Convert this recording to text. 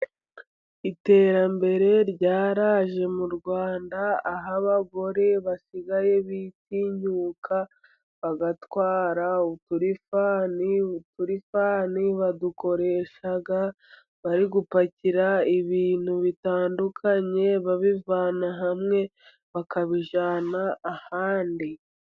Iterambere ryaraje mu Rwanda, aho abagore basigaye bitinyuka bagatwara utulifani, utulifani badukoresha bari gupakira ibintu bitandukanye, babivana hamwe bakabijyana ahandi.